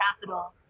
capital